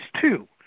two